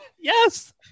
Yes